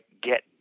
get